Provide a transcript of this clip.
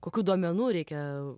kokių duomenų reikia